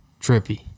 Trippy